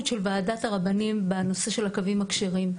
של ועדת הרבנים בנושא של הקווים הכשרים,